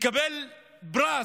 מקבל פרס,